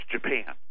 Japan